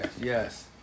Yes